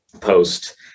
post